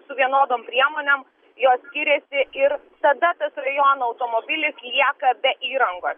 su vienodom priemonėm jos skiriasi ir tada tas rajono automobilis lieka be įrangos